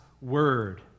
word